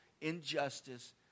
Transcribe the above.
injustice